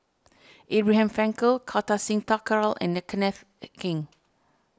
Abraham Frankel Kartar Singh Thakral and Kenneth Keng